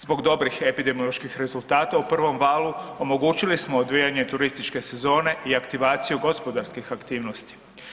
Zbog dobrih epidemioloških rezultata u prvom valu, omogućili smo odvijanje turističke sezone i aktivacije gospodarskih aktivnosti.